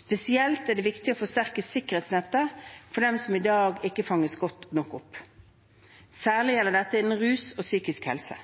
Spesielt er det viktig å forsterke sikkerhetsnettet for dem som i dag ikke fanges godt nok opp. Særlig gjelder dette innen rus og psykisk helse.